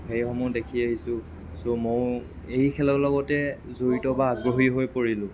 সেইসমূহ দেখি আহিছোঁ ছ' ময়ো এই খেলৰ লগতে জড়িত বা আগ্ৰহী হৈ পৰিলোঁ